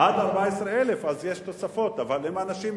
עד 14,000 יש תוספות, אבל אם אנשים,